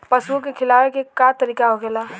पशुओं के खिलावे के का तरीका होखेला?